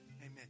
Amen